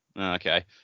okay